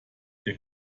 der